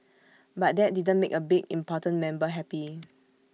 but that didn't make A big important member happy